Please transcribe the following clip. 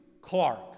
Clark